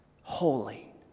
Holy